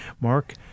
Mark